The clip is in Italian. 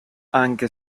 anche